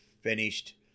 finished